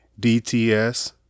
DTS